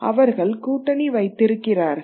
அவர்கள் கூட்டணி வைத்திருக்கிறார்கள்